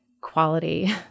quality